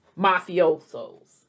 mafiosos